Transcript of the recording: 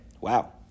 Wow